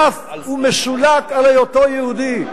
שנרדף ומסולק על היותו יהודי.